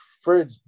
fridge